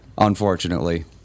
Unfortunately